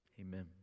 Amen